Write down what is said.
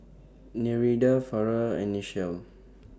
Nereida Farrah and Nichelle